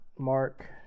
Mark